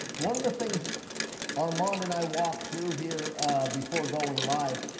one of the things armand and i walked through here before going live,